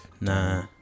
Nah